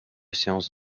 séance